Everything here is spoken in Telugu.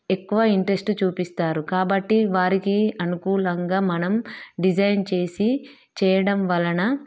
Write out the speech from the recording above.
ఎక్కువ ఇంట్రెస్ట్ చూపిస్తారు కాబట్టి వారికి అనుకూలంగా మనం డిజైన్ చేసి చేయడం వలన